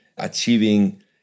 achieving